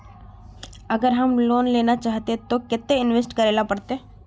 अगर हम लोन लेना चाहते तो केते इंवेस्ट करेला पड़ते?